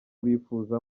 bifuza